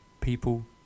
people